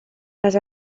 les